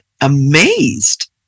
amazed